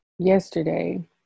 yesterday